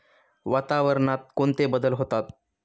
वातावरणात कोणते बदल होतात?